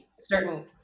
certain